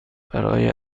برای